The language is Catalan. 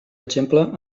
exemple